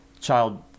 child